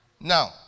Now